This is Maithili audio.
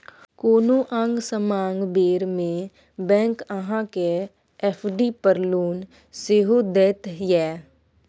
कोनो आंग समांग बेर मे बैंक अहाँ केँ एफ.डी पर लोन सेहो दैत यै